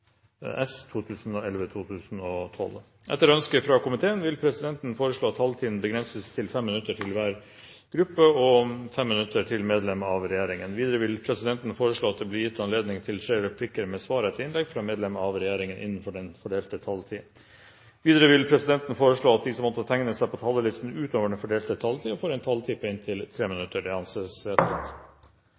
minutter, Sosialistisk Venstreparti 10 minutter, Senterpartiet 10 minutter, Kristelig Folkeparti 5 minutter og Venstre 5 minutter. Videre vil presidenten foreslå at det blir gitt anledning til replikkordskifte på inntil tre replikker med svar etter innlegg av hovedtalerne fra hver partigruppe og inntil fem replikker med svar etter innlegg fra medlemmer av regjeringen innenfor den fordelte taletid. Videre blir det foreslått at de som måtte tegne seg på talerlisten utover den fordelte